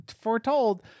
foretold